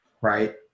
right